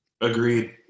Agreed